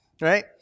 right